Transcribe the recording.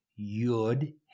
Yud